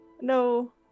No